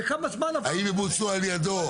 האם הן בוצעו על ידו?